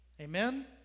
Amen